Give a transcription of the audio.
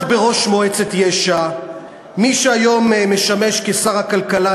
בראש מועצת יש"ע מי שהיום משמש כשר הכלכלה,